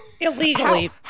Illegally